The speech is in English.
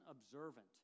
observant